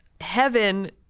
Heaven